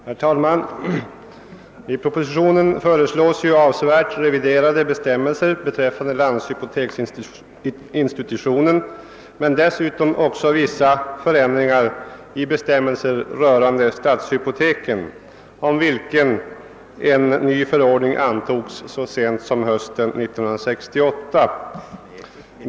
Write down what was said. Herr talman! I proposition nr 171 för 1969 föreslås avsevärt reviderade bestämmelser beträffande landshypoteksinstitutionen men dessutom även vissa förändringar i bestämmelser rörande stadshypoteken om vilka en ny förordning antogs så sent som hösten 1968.